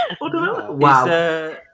Wow